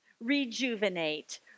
rejuvenate